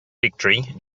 victory